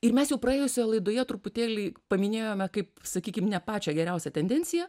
ir mes jau praėjusioje laidoje truputėlį paminėjome kaip sakykim ne pačią geriausią tendenciją